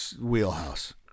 wheelhouse